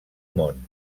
món